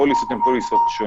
הפוליסות הן שונות.